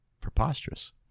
preposterous